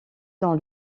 dans